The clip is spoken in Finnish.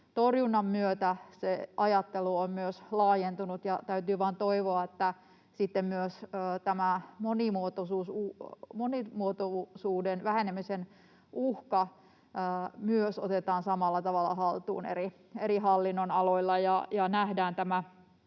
torjunnan myötä se ajattelu on myös laajentunut, ja täytyy vaan toivoa, että sitten myös tämä monimuotoisuuden vähenemisen uhka otetaan myös samalla tavalla haltuun eri hallinnonaloilla